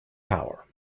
power